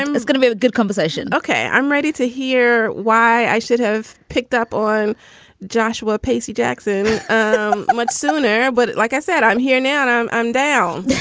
it's gonna be a good conversation okay. i'm ready to hear why i should have picked up on joshua. pacey jackson much sooner. but like i said, i'm here now. i'm i'm down